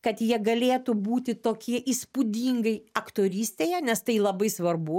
kad jie galėtų būti tokie įspūdingai aktorystėje nes tai labai svarbu